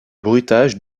bruitages